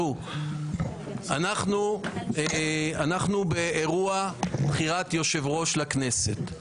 אנחנו באירוע בחירת יושב-ראש לכנסת.